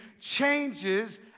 changes